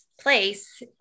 place